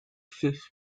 fifth